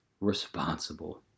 responsible